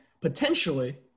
potentially